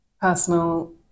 personal